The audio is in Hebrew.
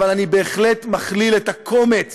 אבל אני בהחלט מכליל את הקומץ